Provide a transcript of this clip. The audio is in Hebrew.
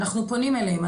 אנחנו פונים אליהם,